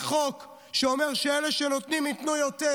חוק שאומר שאלה שנותנים ייתנו יותר,